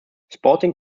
sporting